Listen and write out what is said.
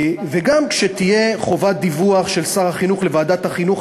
וגם שתהיה חובת דיווח של שר החינוך לוועדת החינוך,